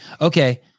Okay